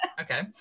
Okay